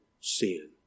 sin